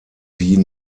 wie